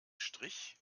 strich